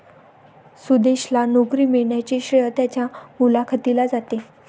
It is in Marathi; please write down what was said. सुदेशला नोकरी मिळण्याचे श्रेय त्याच्या मुलाखतीला जाते